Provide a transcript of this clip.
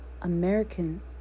American